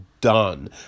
done